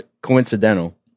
coincidental